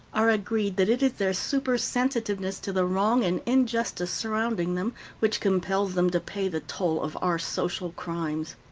are agreed that it is their super-sensitiveness to the wrong and injustice surrounding them which compels them to pay the toll of our social crimes.